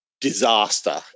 disaster